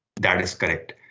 that is correct.